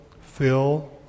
Phil